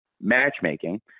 matchmaking